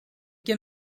can